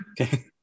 Okay